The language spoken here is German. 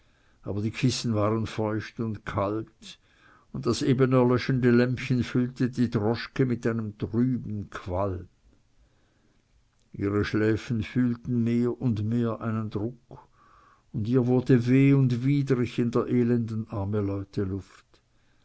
aber die kissen waren feucht und kalt und das eben erlöschende lämpchen füllte die droschke mit einem trüben qualm ihre schläfen fühlten mehr und mehr einen druck und ihr wurde weh und widrig in der elenden armeleute luft endlich ließ